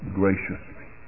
graciously